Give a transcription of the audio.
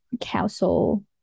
council